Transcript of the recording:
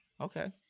Okay